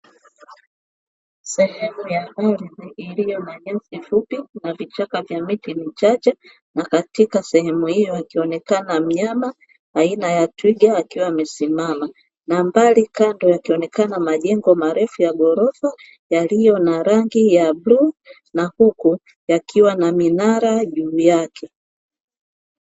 Sehemu iliyo na nyasi fupi na vichaka vichache akionekana twiga na pembeni wakiwepo kuku eneo hilo kunaonekana minara juu yake